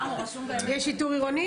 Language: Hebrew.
יש שיטור עירוני?